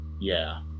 Yeah